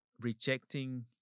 rejecting